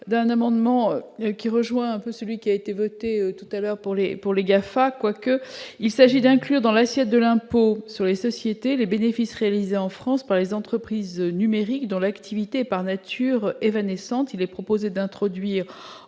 cet amendement rejoignent celles qui ont été votées tout à l'heure pour ce qui concerne les GAFA. Afin d'inclure dans l'assiette de l'impôt sur les sociétés les bénéfices réalisés en France par les entreprises numériques, dont l'activité est par nature évanescente, il est proposé d'introduire